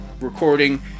Recording